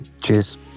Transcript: Cheers